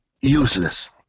useless